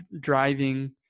driving